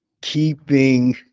keeping